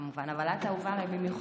כמובן, אבל את אהובה עליי במיוחד.